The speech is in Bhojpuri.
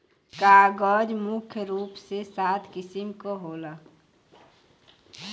कागज मुख्य रूप से सात किसिम क होला